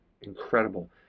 Incredible